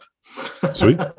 Sweet